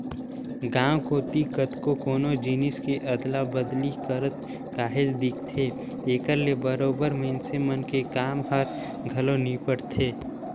गाँव कोती कतको कोनो जिनिस के अदला बदली करत काहेच दिखथे, एकर ले बरोबेर मइनसे मन के काम हर घलो निपटथे